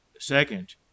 second